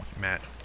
Matt